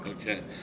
Okay